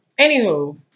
anywho